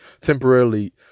temporarily